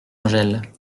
angèle